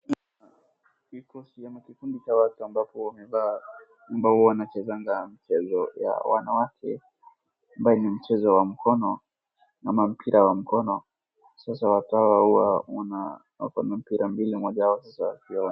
Vikosi ama kikundi cha watu ambapo wamevaa ambao huwa wanachezanga mchezo ya wanawake ambaye ni mchezo wa mkono ama mpira wa mkono sasa watu huwa wana wako na mpira mbili moja wao.